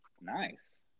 Nice